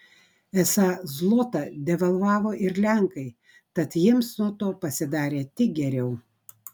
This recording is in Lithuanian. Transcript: esą zlotą devalvavo ir lenkai tad jiems nuo to pasidarė tik geriau